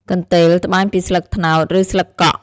កន្ទេល ត្បាញពីស្លឹកត្នោត ឬស្លឹកកក់។